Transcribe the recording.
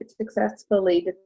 successfully